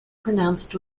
pronounced